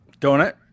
Donut